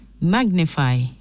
magnify